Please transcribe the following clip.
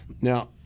Now